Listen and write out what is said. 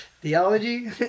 Theology